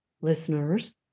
listeners